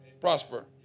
prosper